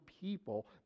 people